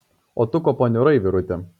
o tu ko paniurai vyruti